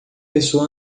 pessoa